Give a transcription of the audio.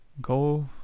Go